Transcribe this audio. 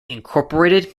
incorporated